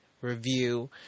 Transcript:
review